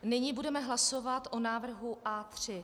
Nyní budeme hlasovat o návrhu A3.